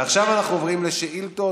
עכשיו אנחנו עוברים לשאילתות.